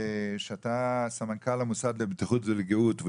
אתה סמנכ"ל המוסד לבטיחות ולגהות,